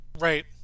Right